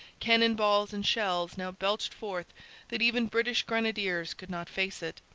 cannon-balls, and shells now belched forth that even british grenadiers could not face it.